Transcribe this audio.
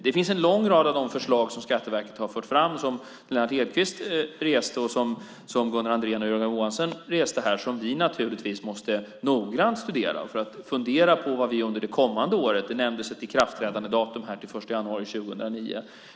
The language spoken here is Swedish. Det finns en lång rad av förslag som Skatteverket har fört fram, som Lennart Hedquist reste och som Gunnar Andrén och Jörgen Johansson reste här som vi naturligtvis måste studera noggrant för att fundera på vad vi ska göra under det kommande året. Det nämndes ett datum för ikraftträdande, den 1 januari 2009.